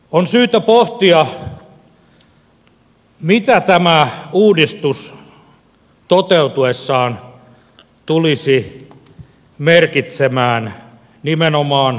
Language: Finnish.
on syytä pohtia mitä tämä uudistus toteutuessaan tulisi merkitsemään nimenomaan kunnissa